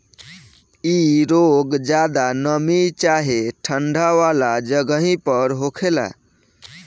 इ रोग ज्यादा नमी चाहे ठंडा वाला जगही पर होखेला